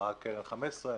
קרן אמרה 15%,